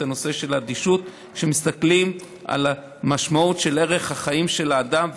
הנושא של האדישות כשמסתכלים על המשמעות של ערך החיים של האדם,